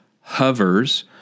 hovers